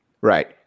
Right